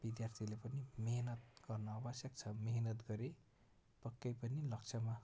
विद्यार्थीले पनि मिहिनेत गर्न आवश्यक छ मिहिनेत गरे पक्कै पनि लक्ष्यमा